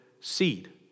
seed